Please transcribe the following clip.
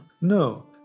No